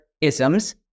isms